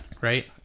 right